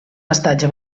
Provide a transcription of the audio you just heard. estatge